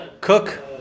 cook